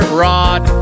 rod